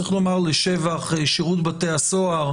צריך לומר לשבח שירות בתי הסוהר,